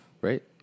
Right